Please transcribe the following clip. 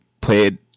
played